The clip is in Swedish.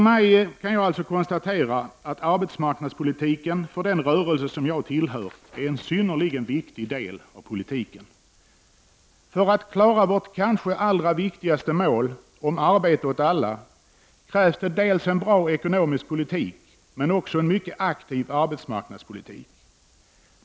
Jag kan alltså konstatera att arbetsmarknadspolitiken för den rörelse som jag tillhör är en synnerligen viktig del av politiken. För att klara vårt kanske viktigaste mål, arbete åt alla, krävs det dels en bra ekonomisk politik, dels en mycket aktiv arbetsmarknadspolitik.